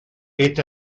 est